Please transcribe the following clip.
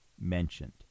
mentioned